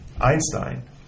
Einstein